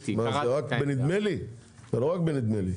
זה לא רק בנדמה לי.